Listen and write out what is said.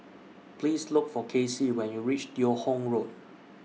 Please Look For Casie when YOU REACH Teo Hong Road